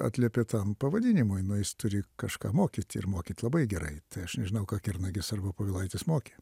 atliepia tam pavadinimui na jis turi kažką mokyti ir mokyt labai gerai tai aš nežinau ką kernagis arba povilaitis mokė